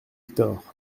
hector